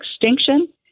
extinction